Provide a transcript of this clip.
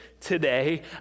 today